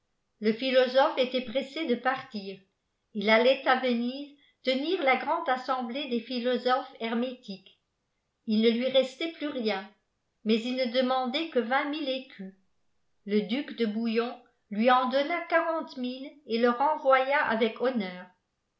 le philosophe était pressé de partir il allait à venise tenir laî grande assemblée des philosophes hermétiques il ne lui restait plus rien mais il ne demandait que vingt mille écus le duc de bouillon lui en donna quarante mille et le renvoya avec honneur